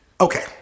Okay